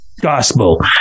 gospel